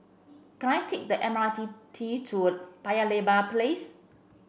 can I take the M R T T to Paya Lebar Place